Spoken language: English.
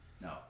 No